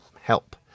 help